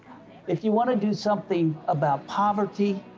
if you want to do something about poverty,